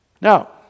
Now